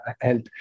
Health